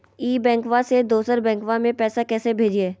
ई बैंकबा से दोसर बैंकबा में पैसा कैसे भेजिए?